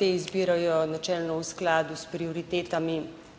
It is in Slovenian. Te izbirajo načelno v skladu s prioritetami,